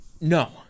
No